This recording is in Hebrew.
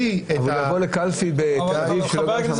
לא צריך לגלות עוד מסמכים,